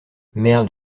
merde